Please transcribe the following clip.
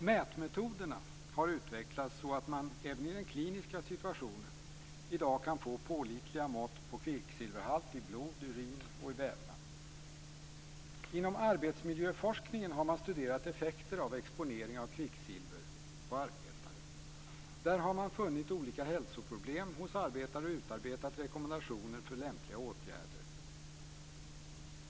Mätmetoderna har utvecklats så att man även i den kliniska situationen i dag kan få pålitliga mått på kvicksilverhalt i blod, urin och vävnad. Inom arbetsmiljöforskningen har man studerat effekter av exponering av kvicksilver på arbetare. Där har man funnit olika hälsoproblem hos arbetare och utarbetat rekommendationer för lämpliga åtgärder.